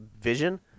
vision